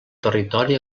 territori